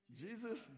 jesus